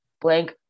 blank